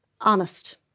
honest